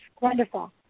wonderful